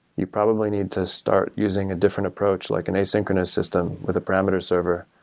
you probably need to start using a different approach, like an asynchronous system with a parameter server,